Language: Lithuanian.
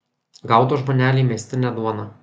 gaudo žmoneliai miestinę duoną